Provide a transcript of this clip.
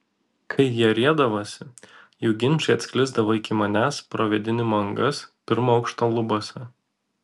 kai jie riedavosi jų ginčai atsklisdavo iki manęs pro vėdinimo angas pirmo aukšto lubose